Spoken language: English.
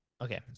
okay